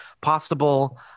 possible